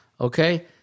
okay